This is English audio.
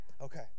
Okay